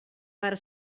per